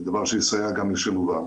דבר שיסייע גם לשילובם.